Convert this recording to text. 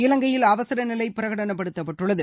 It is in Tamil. இலங்கையில் அவசர நிலை பிரகடனப்படுத்தப்பட்டுள்ளது